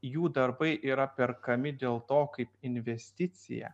jų darbai yra perkami dėl to kaip investicija